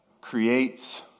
creates